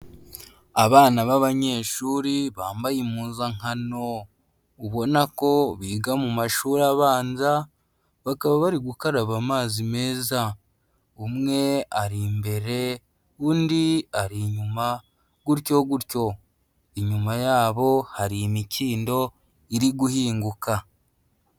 Abana b'abanyeshuri bambaye impuzankano, ubona ko biga mu mashuri abanza, bakaba bari gukaraba amazi meza, umwe ari imbere undi ari inyuma gutyo gutyo, inyuma yabo hari imikindo iri guhinguka.